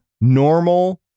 normal